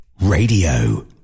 Radio